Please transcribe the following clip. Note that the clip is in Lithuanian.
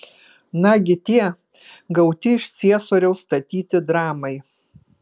nagi tie gauti iš ciesoriaus statyti dramai